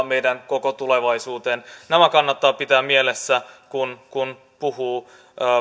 meidän koko tulevaisuuteen tämä kannattaa pitää mielessä kun kun puhuu